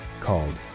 called